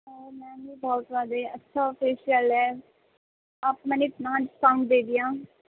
او ma'am یہ بہت زیادہ ہی اچھا فیشیل ہے آپ کو میں نے اتنا ڈسکاؤنٹ دے دیا